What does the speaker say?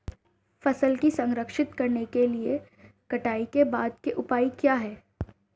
फसल को संरक्षित करने के लिए कटाई के बाद के उपाय क्या हैं?